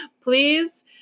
Please